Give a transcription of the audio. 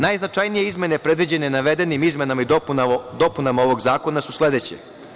Najznačajnije izmene predviđene navedenim izmenama i dopunama ovog zakona su sledeće.